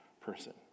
person